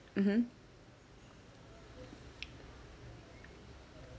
mmhmm